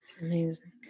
amazing